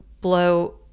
blow